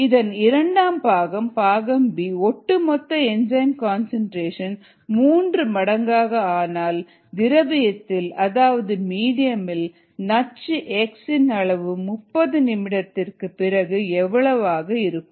இதன் இரண்டாம் பாகம் பாகம் b ஒட்டுமொத்த என்சைம் கன்சன்ட்ரேஷன் மூன்று மடங்காக ஆனால் திரவியத்தில் அதாவது மீடியம் மில் நச்சு X இன் அளவு 30 நிமிடத்திற்கு பிறகு எவ்வளவு இருக்கும்